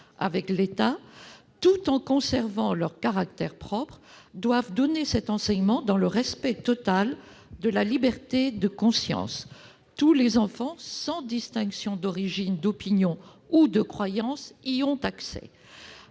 avec l'État doivent, tout en conservant leur caractère propre, assurer un enseignement dans le respect total de la liberté de conscience. Tous les enfants, sans distinction d'origine, d'opinion ou de croyance, doivent